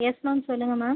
S ma'am சொல்லுங்கள் ma'am